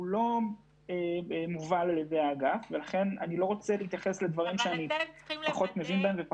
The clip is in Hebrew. אינו מובל על ידי האגף ואני לא רוצה להתייחס לדברים שאיני מבין בהם.